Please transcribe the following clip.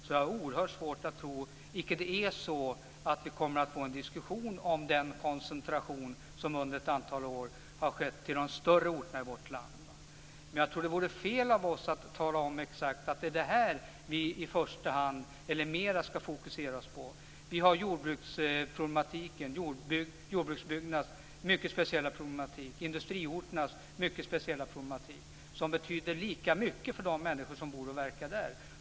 Jag har oerhört svårt att tro att vi icke kommer att få en diskussion om den koncentration som under ett antal år har skett till de större orterna i vårt land. Men jag tror att det vore fel av oss att tala om att vi mer skall fokusera oss på det. Vi har jordbruksbygdernas mycket speciella problematik och industriorternas mycket speciella problematik som betyder lika mycket för de människor som bor och verkar där.